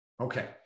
okay